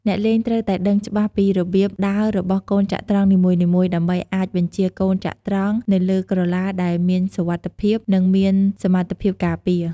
អ្នកលេងត្រូវតែដឹងច្បាស់ពីរបៀបដើររបស់កូនចត្រង្គនីមួយៗ ដើម្បីអាចបញ្ជាកូនចត្រង្គនៅលើក្រឡាដែលមានសុវត្ថិភាព និងមានសមត្ថភាពការពារ។